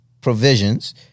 provisions